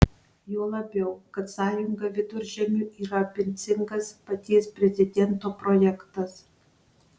juo labiau kad sąjunga viduržemiui yra ambicingas paties prezidento projektas